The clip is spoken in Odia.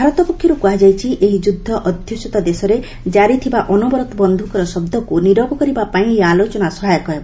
ଭାରତ ପକ୍ଷରୁ କୁହାଯାଇଛି ଏହି ଯୁଦ୍ଧ ଅଧ୍ଯୁଷିତ ଦେଶରେ କାରି ଥିବା ଅନବରତ ବନ୍ଧୁକର ଶବ୍ଦକୁ ନିରବ କରିବାପାଇଁ ଏହି ଆଲୋଚନା ସହାୟକ ହେବ